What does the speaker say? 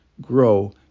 grow